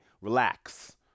Relax